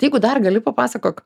tai jeigu dar gali papasakok